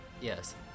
Yes